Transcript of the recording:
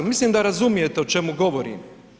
Mislim da razumijete o čemu govorim.